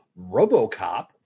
RoboCop